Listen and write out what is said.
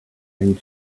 end